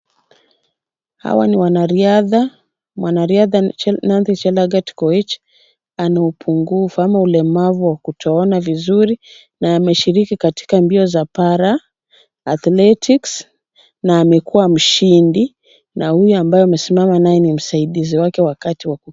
Hawa ni wanariadha. Mwanariadha Noney Chelagat Koech ana upungufu au ulemavu wa kutoona vizuri na ameshiriki katika mbio za bara athletics na amekuwa mshindi na huyo ambaye amesimama naye ni msaidizi wake wakati wa kutembea.